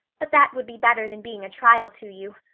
but that would be better than being a trial to you.